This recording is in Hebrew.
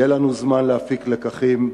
יהיה לנו זמן להפיק לקחים,